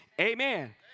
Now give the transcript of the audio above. amen